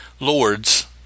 Lords